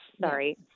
Sorry